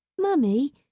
Mummy